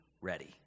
ready